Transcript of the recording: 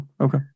okay